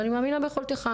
ואני מאמינה ביכולותיך.